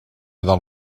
del